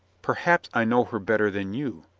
perhaps i know her better than you,